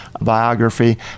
biography